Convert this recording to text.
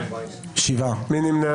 מי נמנע?